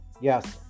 Yes